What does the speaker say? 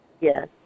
Yes